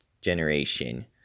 generation